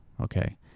Okay